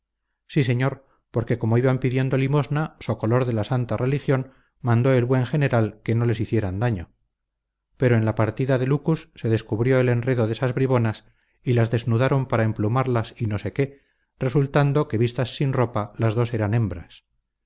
sí señor porque como iban pidiendo limosna so color de la santa religión mandó el buen general que no les hicieran daño pero en la partida de lucus se descubrió el enredo de esas bribonas y las desnudaron para emplumarlas y no sé qué resultando que vistas sin ropa las dos eran hembras